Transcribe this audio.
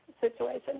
situation